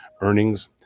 Earnings